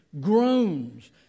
groans